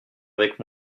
avec